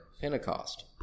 Pentecost